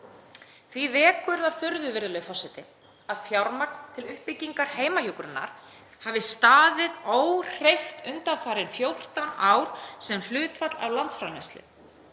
Því vekur það furðu, virðulegi forseti, að fjármagn til uppbyggingar heimahjúkrunar hafi staðið óhreyft undanfarin 14 ár sem hlutfall af landsframleiðslu